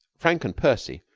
frank and percy,